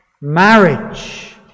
Marriage